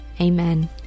amen